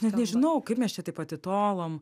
net nežinau kaip mes čia taip atitolom